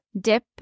dip